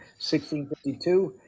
1652